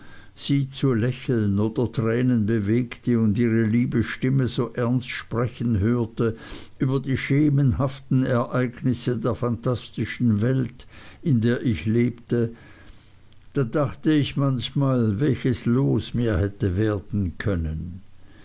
sie zu lächeln oder tränen bewegte und ihre liebe stimme so ernst sprechen hörte über die schemenhaften ereignisse der phantastischen welt in der ich lebte da dachte ich manchmal welches los mir hätte werden können